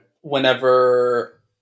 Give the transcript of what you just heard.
Whenever